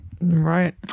Right